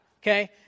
okay